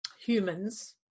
humans